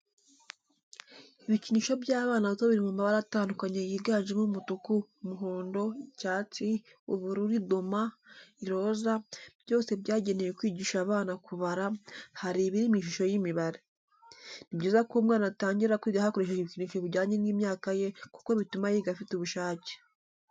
Ibikinisho by'abana bato biri mu mabara atandukanye yiganjemo umutuku, umuhondo, icyatsi, ubururu idoma, iroza, byose byagenewe kwigisha abana kubara, hari ibiri mu ishusho y'imibare. Ni byiza ko umwana atangira kwiga hakoreshejwe ibikinisho bijyanye n'imyaka ye kuko bituma yiga afite ubushake.